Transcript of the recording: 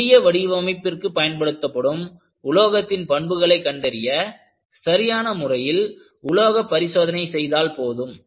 எளிய வடிவமைப்பிற்கு பயன்படுத்தப்படும் உலோகத்தின் பண்புகளை கண்டறிய சரியான முறையில் உலோக பரிசோதனை செய்தால் போதும்